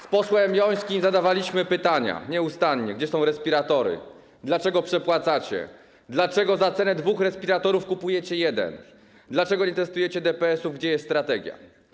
Z posłem Jońskim zadawaliśmy pytania nieustannie, gdzie są respiratory, dlaczego przepłacacie, dlaczego za cenę dwóch respiratorów kupujecie jeden, dlaczego nie testujecie DPS-ów, gdzie jest strategia.